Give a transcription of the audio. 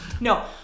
No